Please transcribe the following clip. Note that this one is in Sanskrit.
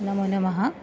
नमो नमः